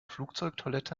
flugzeugtoilette